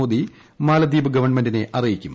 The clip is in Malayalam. മോദി മാലദ്വീപ് ഗവൺമെന്റിനെ അറിയിക്കും